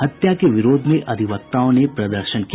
हत्या के विरोध में अधिवक्ताओं ने प्रदर्शन किया